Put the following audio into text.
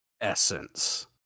Essence